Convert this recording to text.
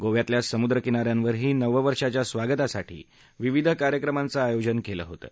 गोव्यातल्या समुद्रकिनाऱ्यांवरही नववर्षाच्या स्वागतासाठी विविध कार्यक्रमांचं आयोजन केलं होतं